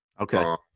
okay